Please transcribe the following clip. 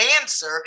answer